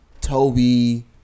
Toby